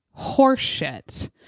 horseshit